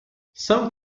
some